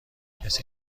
کسی